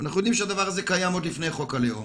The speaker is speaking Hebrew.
אנחנו יודעים שהדבר הזה קיים עוד לפני חוק הלאום.